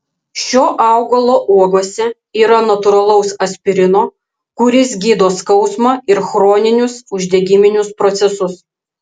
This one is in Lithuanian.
šio augalo uogose yra natūralaus aspirino kuris gydo skausmą ir chroninius uždegiminius procesus